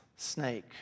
Snake